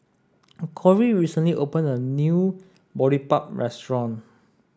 Kory recently opened a new Boribap restaurant